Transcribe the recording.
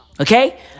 Okay